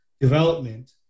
development